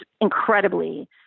incredibly